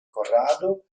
corrado